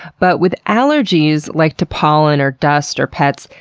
but with allergies, like to pollen, or dust, or pets,